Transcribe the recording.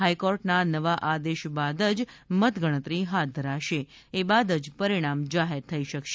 હાઇકોર્ટના નવા આદેશ બાદ જ મત ગણતરી હાથ ધરાશે એ બાદ જ પરિણામ જાહેર થઇ શકશે